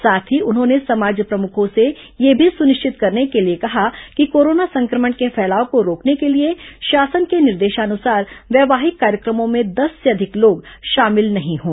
साथ ही उन्होंने समाज प्रमुखों से यह भी सुनिश्चित करने के लिए कहा कि कोरोना संक्रमण के फैलाव को रोकने के लिए शासन के निर्देशानुसार वैवाहिक कार्यक्रमों में दस से अधिक लोग शामिल नहीं हों